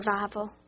survival